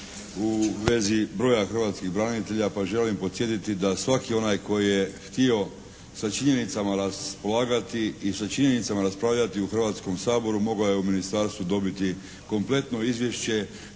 u vezi broja hrvatskih branitelja pa želim podsjetiti da svaki onaj koji je htio sa činjenicama raspolagati i sa činjenicama raspravljati u Hrvatskom saboru mogao je u ministarstvu dobiti kompletno izvješće